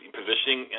positioning